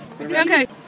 Okay